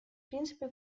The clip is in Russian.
принципе